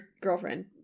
girlfriend